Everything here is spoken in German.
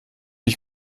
ich